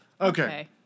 Okay